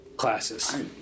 classes